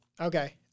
Okay